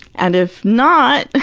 and if not,